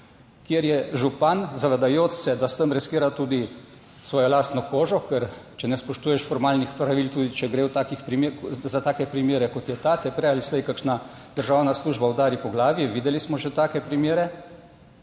kjer je župan zavedajoč se, da s tem reskira tudi svojo lastno kožo, ker če ne spoštuješ formalnih pravil, tudi če gre v takih primerih za take primere, kot je ta, te prej ali slej kakšna državna služba udari po glavi. Videli smo že take primere,